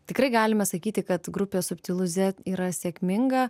tikrai galime sakyti kad grupė subtilu zet yra sėkminga